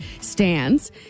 stands